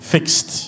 Fixed